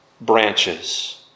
branches